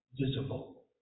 visible